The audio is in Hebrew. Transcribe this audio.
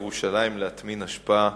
ירושלים מייצרת כ-1,350 טונות אשפה ביום,